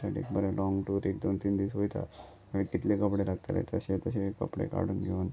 एक बरें long tour एक दोन तीन दीस वयता आनी कितले कपडे लागतले तशे तशे कपडे काडून घेवन